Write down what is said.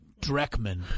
dreckman